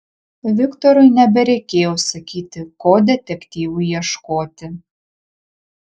viktorui nebereikėjo sakyti ko detektyvui ieškoti